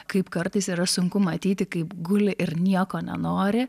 kaip kartais yra sunku matyti kaip guli ir nieko nenori